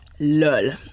Lol